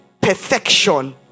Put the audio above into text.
perfection